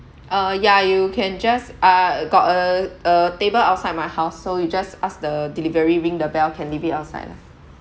uh ya you can just uh got a a table outside my house so you just ask the delivery ring the bell can leave it outside lah